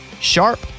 Sharp